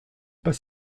pas